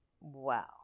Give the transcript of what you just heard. wow